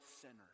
sinners